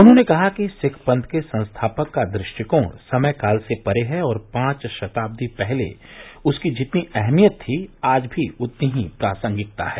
उन्होंने कहा कि सिख पंथ के संस्थापक का दृष्टिकोण समय काल से परे है और पांच शताब्दी पहले उसकी जितनी अहमियत थी आज भी उतनी ही प्रासंगिकता है